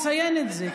אני אציין את זה.